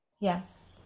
Yes